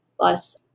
plus